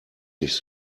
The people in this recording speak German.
nicht